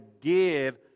give